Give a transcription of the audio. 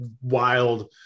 wild –